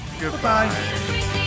Goodbye